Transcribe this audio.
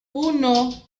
uno